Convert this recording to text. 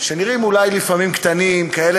שנראים אולי לפעמים קטנים כאלה,